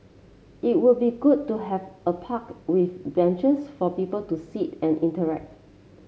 it would be good to have a park with benches for people to sit and interact